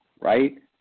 right